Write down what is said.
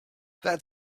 that